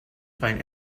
find